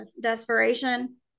desperation